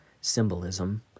symbolism